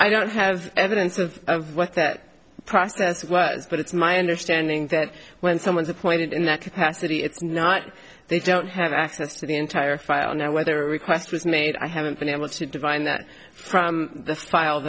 i don't have evidence of what that process was but it's my understanding that when someone's appointed in that capacity it's not they don't have access to the entire file now whether request was made i haven't been able to divine that from the